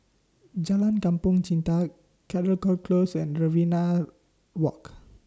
Jalan Kampong Chantek Caldecott Close and Riverina Walk